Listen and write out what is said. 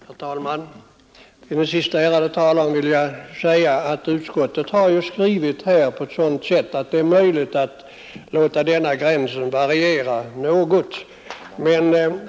Herr talman! Till den sista ärade talaren vill jag säga att utskottet skrivit på ett sådant sätt att det är möjligt att låta denna gräns variera något.